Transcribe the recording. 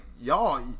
y'all